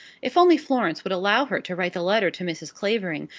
if only florence would allow her to write the letter to mrs. clavering,